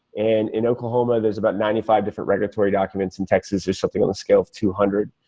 and in oklahoma there's about ninety five different regulatory documents. in texas, there's something in the scale two hundred.